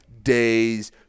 days